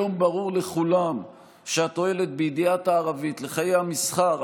היום ברור לכולם שהתועלת בידיעת הערבית לחיי המסחר,